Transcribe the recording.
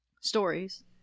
Stories